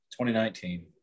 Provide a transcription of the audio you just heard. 2019